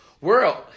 world